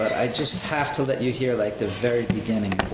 i just have to let you hear like the very beginning